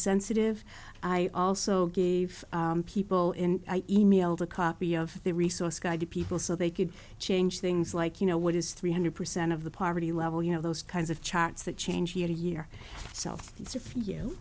sensitive i also gave people in e mailed a copy of the resource guide to people so they could change things like you know what is three hundred percent of the poverty level you know those kinds of charts that change year to year so it's